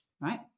right